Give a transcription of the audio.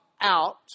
out